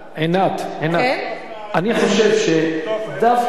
עינת, עינת, אני חושב שדווקא